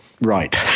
right